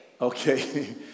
okay